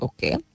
Okay